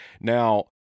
Now